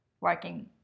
working